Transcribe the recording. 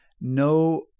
No